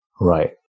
Right